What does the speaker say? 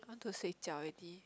want to 睡觉 already